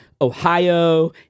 Ohio